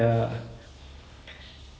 he shouldn't have done other movie after that